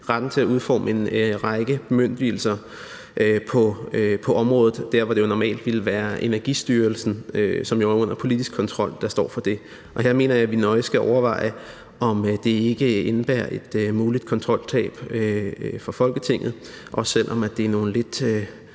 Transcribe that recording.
tilsyn, til at udforme en række bemyndigelser på området der, hvor der normalt ville være Energistyrelsen, som jo er under politisk kontrol, der står for det. Her mener jeg, at vi nøje skal overveje, om det ikke indebærer et muligt kontroltab for Folketinget, også selv om det er nogle lidt,